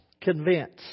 Convince